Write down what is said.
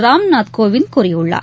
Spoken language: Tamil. ராம்நாத் கோவிந்த் கூறியுள்ளார்